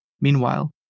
Meanwhile